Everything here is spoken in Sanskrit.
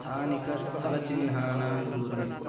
स्थानिकस्थलचिह्नानां दूरम्